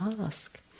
ask